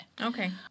Okay